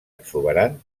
exuberant